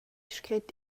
scret